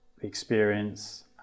experience